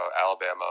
Alabama